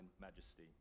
majesty